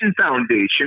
Foundation